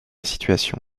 situation